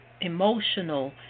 emotional